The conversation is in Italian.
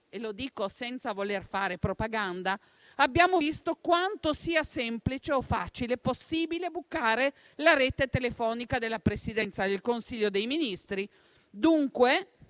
tal caso, senza fare propaganda, dico che abbiamo visto quanto sia semplice, facile o possibile bucare la rete telefonica della Presidenza del Consiglio dei Ministri.